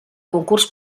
concurs